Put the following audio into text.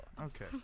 Okay